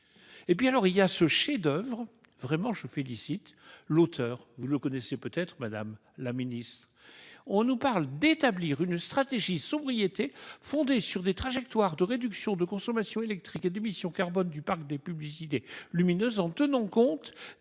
Et puis alors il y a ce chef-d'oeuvre vraiment je félicite l'auteur, vous le connaissez peut-être Madame la Ministre on nous parle d'établir une stratégie sobriété fondée sur des trajectoires de réduction de consommation électrique et d'émissions carbone du parc des publicités lumineuses en tenant compte